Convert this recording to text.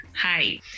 Hi